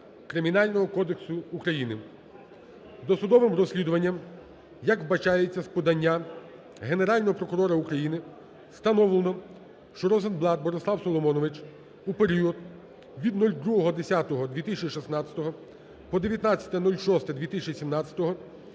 Кримінального кодексу України. Досудовим розслідуванням, як вбачається з подання Генерального прокурора України, встановлено, що Розенблат Борислав Соломонович у період від 02.10.2016 по 19.06.2017